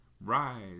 rise